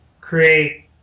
create